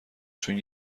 چون